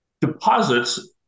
deposits